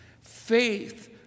Faith